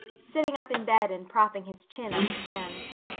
sitting up in bed and propping his chin on his hands,